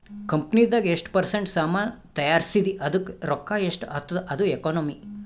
ಕಂಪನಿದಾಗ್ ಎಷ್ಟ ಪರ್ಸೆಂಟ್ ಸಾಮಾನ್ ತೈಯಾರ್ಸಿದಿ ಅದ್ದುಕ್ ರೊಕ್ಕಾ ಎಷ್ಟ ಆತ್ತುದ ಅದು ಎಕನಾಮಿ